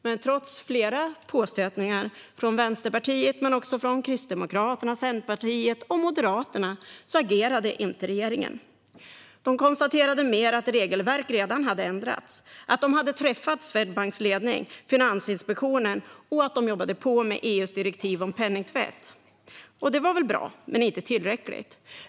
Men trots flera påstötningar från Vänsterpartiet men också från Kristdemokraterna, Centerpartiet och Moderaterna agerade inte regeringen. Regeringen konstaterade att regelverk redan ändrats, att man träffat Swedbanks ledning och Finansinspektionen och att man jobbade på med EU:s direktiv om penningtvätt. Det var väl bra, men det var inte tillräckligt.